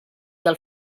del